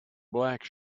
black